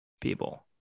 people